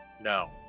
No